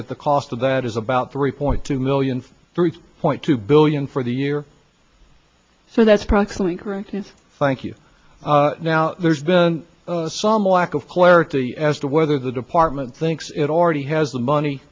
that the cost of that is about three point two million three point two billion for the year so that's practically christmas thank you now there's been some lack of clarity as to whether the department thinks it already has the money